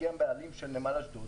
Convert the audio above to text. כי היא הבעלים של נמל אשדוד